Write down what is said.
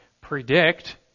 predict